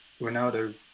Ronaldo